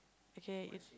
okay